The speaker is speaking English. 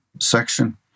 section